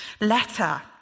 letter